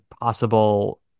possible